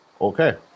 Okay